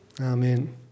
Amen